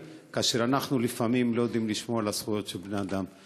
כאשר אנחנו לפעמים לא יודעים לשמור על הזכויות של בני-אדם.